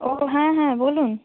ও হ্যাঁ হ্যাঁ বলুন